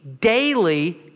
daily